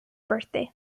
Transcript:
birthday